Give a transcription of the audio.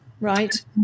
right